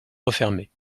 refermée